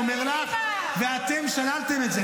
ואתם שללתם את זה.